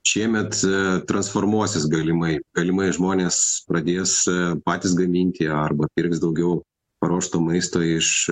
šiemet transformuosis galimai galimai žmonės pradės patys gaminti arba pirks daugiau paruošto maisto iš